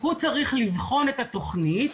הוא צריך לבחון את התכנית